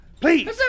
Please